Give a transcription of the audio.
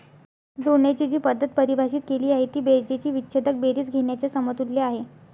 जोडण्याची जी पद्धत परिभाषित केली आहे ती बेरजेची विच्छेदक बेरीज घेण्याच्या समतुल्य आहे